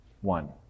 one